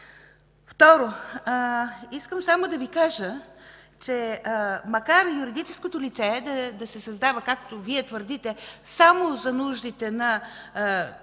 Второ, искам само да Ви кажа, че макар юридическото лице да се създава, както Вие твърдите, само за нуждите на Програмата